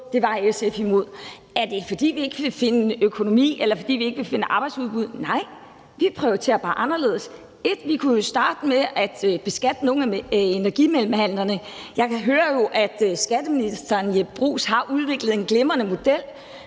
det var SF imod. Er det, fordi vi ikke vil finde økonomi, eller fordi vi ikke vil finde arbejdsudbud. Nej, vi prioriterer bare anderledes. Vi kunne for det første starte med at beskatte nogle af energimellemhandlerne. Jeg hører jo, at skatteministeren har udviklet en glimrende model.